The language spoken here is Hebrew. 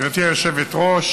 היושבת-ראש,